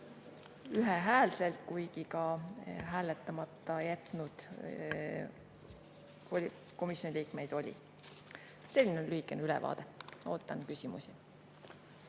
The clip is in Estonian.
ühehäälselt, kuigi ka hääletamata jätnud komisjoni liikmeid oli. Selline oli lühikene ülevaade. Ootan küsimusi.